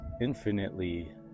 infinitely